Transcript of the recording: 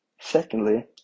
Secondly